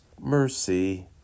mercy